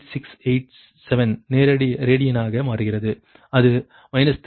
08687 ரேடியனாக மாறுகிறது அது 3